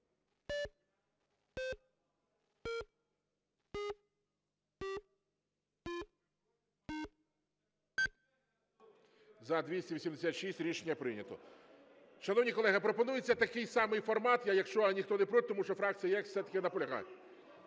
За-286 Рішення прийнято. Шановні колеги, пропонується такий самий формат, якщо ніхто не проти, тому що фракції є, які все-таки наполягають.